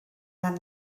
man